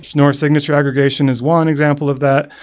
you know signature aggregation is one example of that.